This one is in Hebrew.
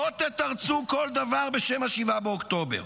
לא תתרצו כל דבר בשם 7 באוקטובר.